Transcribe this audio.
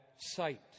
sight